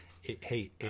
hey